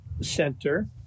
center